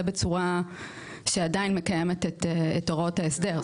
בצורה שעדיין מקיימת את הוראות ההסדר.